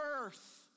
earth